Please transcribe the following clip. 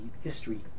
history